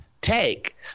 take